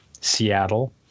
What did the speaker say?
Seattle